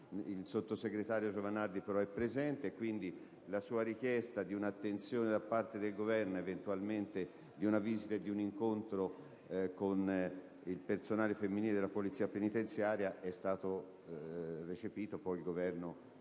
Il sottosegretario Giovanardi è presente e quindi la sua richiesta di una attenzione da parte del Governo ed eventualmente di un incontro con il personale femminile della polizia penitenziaria è stato recepita: il Governo poi